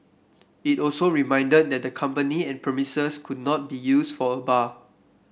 it also reminded the company and premises could not be used for a bar